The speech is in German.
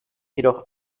jedoch